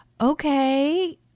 okay